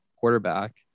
quarterback